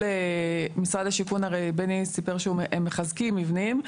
משרד השיכון, בני סיפר שהם מחזקים מבנים.